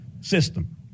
system